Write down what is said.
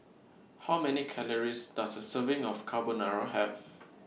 How Many Calories Does A Serving of Carbonara Have